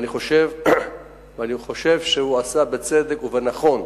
ואני חושב שהוא עשה בצדק ונכון.